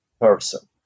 person